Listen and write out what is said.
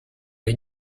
les